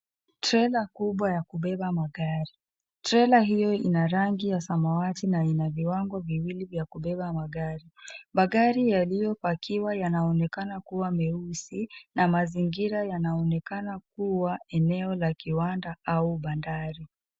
Trela kubwa ya kubeba magari. Trela hiyo ina rangi ya samawati na ina viwango viwili vya kubeba magari. Magari yaliyopakiwa yanaonekana kuwa meusi na mazingira yanaonekana kuwa eneo la kiwanda au bandari.